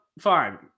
fine